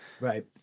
Right